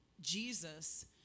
Jesus